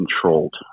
controlled